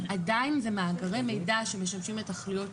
עדיין אלה מאגרי מידע שמשמשים לתכליות שונות.